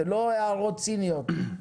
הן לא הערות ציניות.